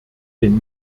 den